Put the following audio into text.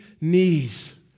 knees